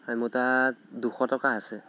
মোৰ তাত দুশ টকা আছে